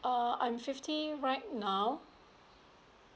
err I'm fifty right now